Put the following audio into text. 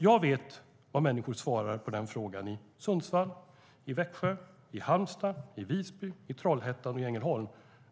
Jag vet vad människor svarar på den frågan i Sundsvall, i Växjö, i Halmstad, i Visby, i Trollhättan och i Ängelholm.